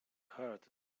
hurt